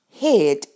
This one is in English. head